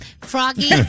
Froggy